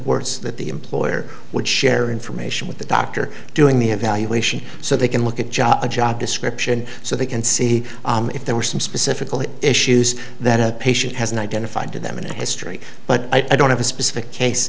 works that the employer would share information with the doctor doing the evaluation so they can look at job a job description so they can see if there were some specifical issues that a patient has an identified to them and a history but i don't have a specific case